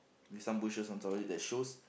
and some bushes on top of it that shows